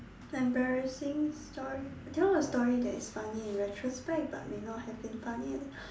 embarrassing story tell a story that is funny in retrospect but may not have been funny at the